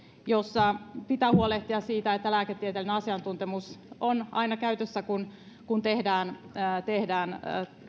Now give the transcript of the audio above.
joissa pitää huolehtia siitä että lääketieteellinen asiantuntemus on aina käytössä kun kun tehdään tehdään